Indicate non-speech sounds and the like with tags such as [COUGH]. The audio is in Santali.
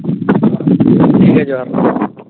ᱧᱤᱫᱟᱹ ᱡᱚᱦᱟᱨ [UNINTELLIGIBLE]